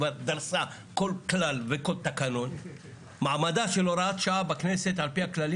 כל התקנות האלה של העיצומים עשה בן אדם אחד,